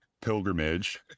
pilgrimage